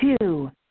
two